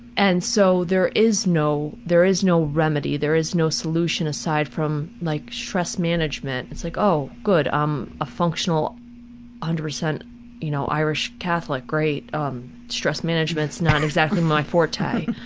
and so there is no, there is no remedy there is no solution aside from like stress management. it's like, oh good, um a functional, one ah hundred percent you know irish catholic, great um stress management's not exactly my forte.